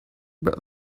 but